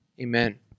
Amen